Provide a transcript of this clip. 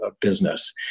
business